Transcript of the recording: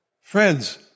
Friends